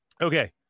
okay